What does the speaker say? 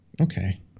Okay